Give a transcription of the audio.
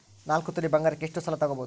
ನಾಲ್ಕು ತೊಲಿ ಬಂಗಾರಕ್ಕೆ ಎಷ್ಟು ಸಾಲ ತಗಬೋದು?